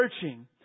searching